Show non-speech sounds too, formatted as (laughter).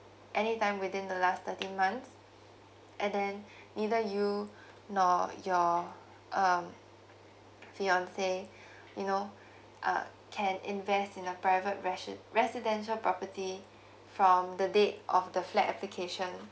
any time within the last thirteen months and then (breath) neither you (breath) nor your um fiancé (breath) you know (breath) uh can invest in a private reshi~ residential property (breath) from the date of the flat application